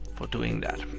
doing that.